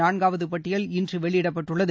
நான்காவது பட்டியல் இன்று வெளியிடப்பட்டுள்ளது